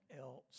else